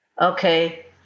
okay